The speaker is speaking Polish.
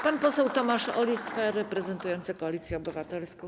Pan poseł Tomasz Olichwer reprezentujący Koalicję Obywatelską.